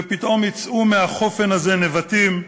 ופתאום יצאו מהחופן הזה נבטים,